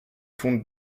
comtes